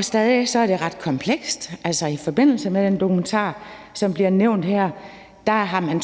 Stadig er det ret komplekst. Altså, i forbindelse med en dokumentar, som bliver nævnt her, har man